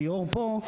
ליאור פה,